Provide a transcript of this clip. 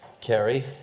Kerry